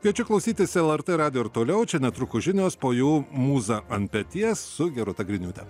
kviečiu klausytis lrt radijo ir toliau čia netrukus žinios po jų mūza ant peties su gerūta griniūte